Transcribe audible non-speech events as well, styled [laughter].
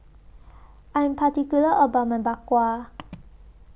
[noise] I Am particular about My Bak Kwa [noise]